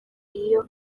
iyo